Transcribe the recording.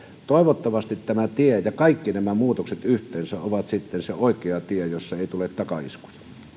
toivottavasti tämä tie ja kaikki nämä muutokset yhteensä ovat sitten se oikea tie jossa ei tule takaiskuja